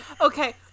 okay